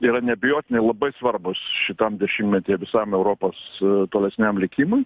yra neabejotinai labai svarbūs šitam dešimtmety visam europos tolesniam likimui